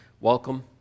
welcome